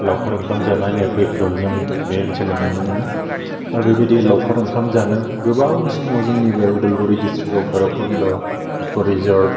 लावखार ओंखाम जानाय नेमफोरखौ जों बे ओनसोलाव नुनो मोनो आर बेबायदि लावखार ओंखाम जानो गोबां समाव जों बे उदालगुरि डिस्ट्रिक्टआव भैरब कन्ड' इक' रिजर्ट